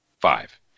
five